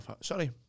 Sorry